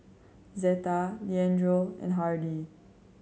Zeta Leandro and Hardy